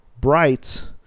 Bright